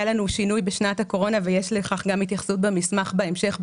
היה לנו שינוי בשנת הקורונה ויש לכך גם התייחסות במסמך בהמשך,